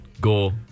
go